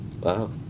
Wow